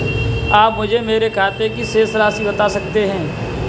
आप मुझे मेरे खाते की शेष राशि बता सकते हैं?